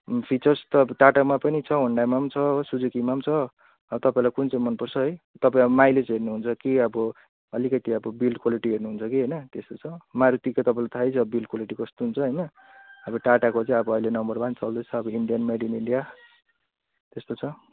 features त अब टाटामा पनि छ होन्डामा पनि छ हो सुजुकीमा पनि छ अब तपाईँलाई कुन चाहिँ मनपर्छ है तब अब माइलेज हेर्नुहुन्छ कि अब अलिकति अब विल क्वालिटी हेर्नुहुन्छ कि होइन त्यस्तो छ मारुतिको तपाईँलाई थाहै छ विल क्वालिटी कस्तो हुन्छ होइन अब टाटाको चाहिँ अब अहिले नम्बर वान छ चल्दैछ अब इन्डियन मेड इन इन्डिया त्यस्तो छ